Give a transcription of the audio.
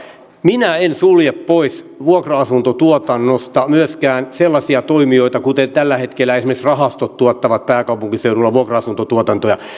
minä en sulje pois vuokra asuntotuotannosta myöskään sellaisia toimijoita kuin esimerkiksi rahastot jotka tällä hetkellä tuottavat pääkaupunkiseudulla vuokra asuntoja